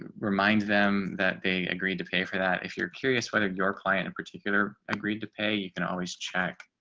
remind them that they agreed to pay for that if you're curious whether your client in particular agreed to pay you can always check